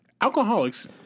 Alcoholics